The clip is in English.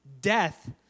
Death